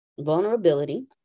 vulnerability